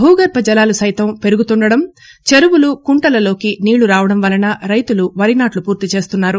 భూగర్భ జలాలు సైతం పెరుగుతుండడం చెరువులు కుంటలలోకి నీళ్లు రావడం వలన రైతులు వరి నాట్లు పూర్తి చేస్తున్నారు